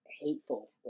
hateful